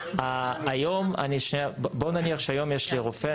בוא נניח שהיום יש לי רופא,